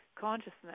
consciousness